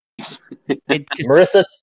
Marissa